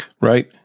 Right